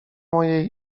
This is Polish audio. mojej